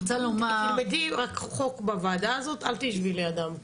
תלמדי רק חוק בוועדה הזאת, אל תשבי לידם.